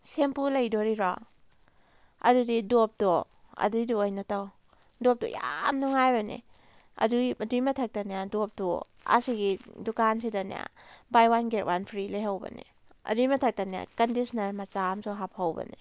shampoo ꯂꯩꯗꯣꯔꯤꯔꯣ ꯑꯗꯨꯗꯤ ꯗꯣꯞꯇꯣ ꯑꯗꯨꯏꯗꯣ ꯑꯣꯏꯅ ꯇꯧ ꯗꯣꯞꯇꯣ ꯌꯥꯝ ꯅꯨꯡꯉꯥꯏꯕꯅꯦ ꯑꯗꯨꯏ ꯑꯗꯨꯏ ꯃꯊꯛꯇꯅꯦ ꯗꯣꯞꯇꯣ ꯑꯁꯤꯒꯤ ꯗꯨꯀꯥꯟꯁꯤꯗꯅꯦ buy one get one free ꯂꯩꯍꯧꯕꯅꯤ ꯑꯗꯨꯏ ꯃꯊꯛꯇꯅꯦ ꯀꯟꯗꯤꯁꯅꯔ ꯃꯆꯥ ꯑꯝꯁꯨ ꯍꯥꯞꯐꯧꯕꯅꯦ